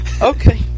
Okay